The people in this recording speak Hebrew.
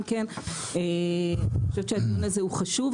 אני חושבת שהדיון הזה חשוב,